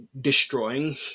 destroying